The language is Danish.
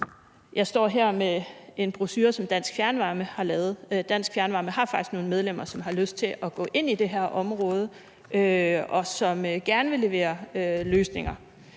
Jeg står her med en brochure, som Dansk Fjernvarme har lavet – Dansk Fjernvarme har faktisk nogle medlemmer, som har lyst til at gå ind i det her område, og som gerne vil levere løsninger